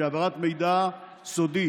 והעברת מידע סודי